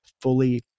fully